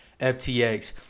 FTX